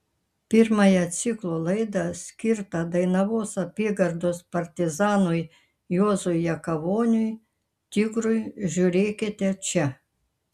pirmąją ciklo laidą skirtą dainavos apygardos partizanui juozui jakavoniui tigrui žiūrėkite čia